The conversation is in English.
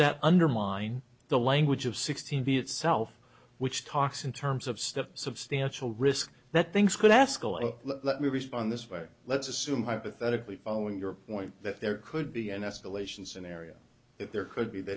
that undermine the language of sixteen b itself which talks in terms of stuff substantial risk that things could ask let me respond this way let's assume hypothetically following your point that there could be an escalation scenario that there could be